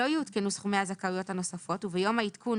לא יעודכנו סכומי הזכאויות הנוספות וביום העדכון